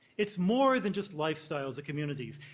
it's more than just lifestyles or communities.